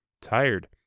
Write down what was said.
tired